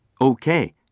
Okay